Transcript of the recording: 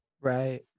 Right